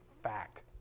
fact